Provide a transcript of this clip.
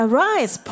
Arise